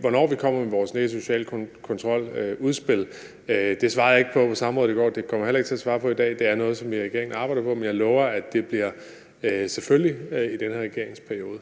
hvornår vi kommer med vores nye udspil om social kontrol, svarede jeg ikke på på samrådet i går, og det kommer jeg heller ikke til at svare på i dag. Det er noget, som vi i regeringen arbejder på, men jeg lover, at det selvfølgelig bliver i den her regeringsperiode.